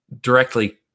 directly